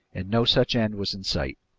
and no such end was in sight.